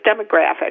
demographic